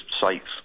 sites